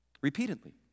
Repeatedly